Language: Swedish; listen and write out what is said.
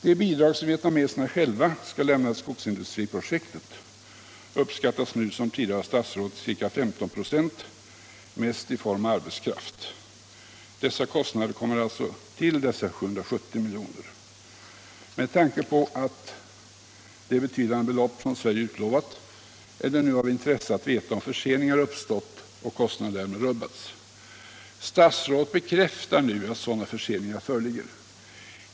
De bidrag som vietnameserna själva skall lämna till skogsindustriprojektet uppskattas nu som tidigare av statsrådet till ca 15 96, mest i form av arbetskraft. Dessa kostnader kommer alltså till de 770 miljonerna. Med tanke på det betydande belopp som Sverige utlovat är det nu av intresse att veta om förseningar uppstått och om kostnaderna därmed rubbats. Statsrådet bekräftar nu att sådana förseningar föreligger.